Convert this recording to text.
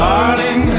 Darling